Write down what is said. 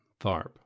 Tharp